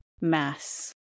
Mass